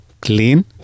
clean